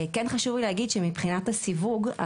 מבחינת הסיווג,